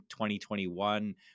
2021